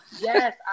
Yes